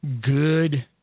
good